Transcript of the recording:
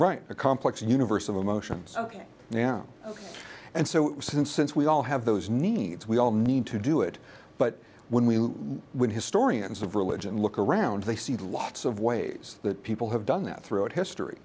right a complex universe of emotions ok now and so since since we all have those needs we all need to do it but when we when historians of religion look around they see lots of ways that people have done that throughout history